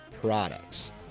products